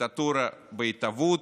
דיקטטורה בהתהוות,